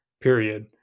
period